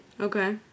Okay